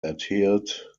adhered